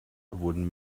wurden